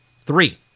three